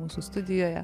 mūsų studijoje